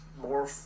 more